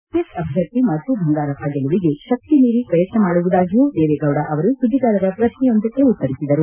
JDS ಅಭ್ಯರ್ಥಿ ಮಧು ಬಂಗಾರಪ್ಪ ಗೆಲುವಿಗೆ ಶಕ್ತಿ ಮೀರಿ ಪ್ರಯತ್ನ ಮಾಡುವುದಾಗಿಯೂ ದೇವೇಗೌಡ ಅವರು ಸುಧಿಗಾರರ ಪ್ರಕ್ಷೆಯೊಂದಕ್ಕೆ ಉತ್ತರಿಸಿದರು